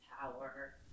power